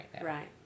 right